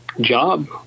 job